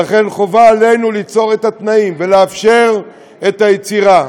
ולכן חובה עלינו ליצור את התנאים ולאפשר את היצירה.